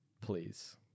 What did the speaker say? please